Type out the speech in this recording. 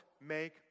make